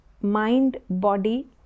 mind-body